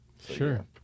Sure